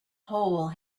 hole